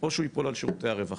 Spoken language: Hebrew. או שהוא ייפול על שירותי הרווחה.